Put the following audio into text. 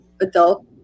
adult